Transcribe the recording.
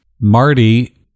Marty